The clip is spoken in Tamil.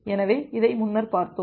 எனவே இதை முன்னர் பார்த்தோம்